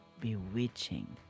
bewitching